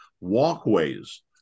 walkways